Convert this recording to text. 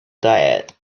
diet